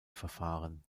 verfahren